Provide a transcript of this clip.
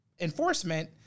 enforcement